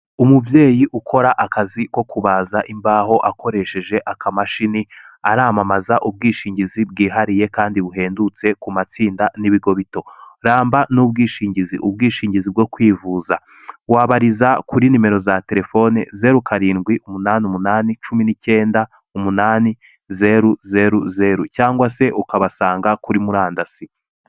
Umubyeyi ukora akazi ko kubaza imbaho akoresheje akamashini aramamaza ubwishingizi bwihariye kandi buhendutse ku matsinda n'ibigo bitoramba n'ubwishingizi ubwishingizi bwo kwivuza, wabariza kuri nimero za telefone zero karindwi umunani numunani cumi n'icyenda umunani zeru zeru cyangwa se ukabasanga kuri murandasi.